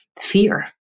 fear